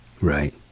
Right